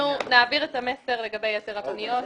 אנחנו נעביר את המסר לגבי יתר הפניות.